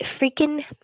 Freaking